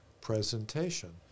presentation